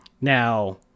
Now